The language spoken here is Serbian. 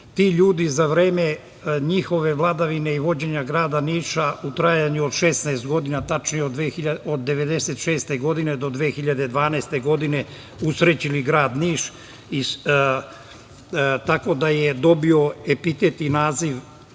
ti ljudi za vreme njihove vladavine i vođenja grada Niša u trajanju od 16 godina, tačnije od 1996. do 2012. godine, usrećili grad Niš, tako da je dobio epitet i naziv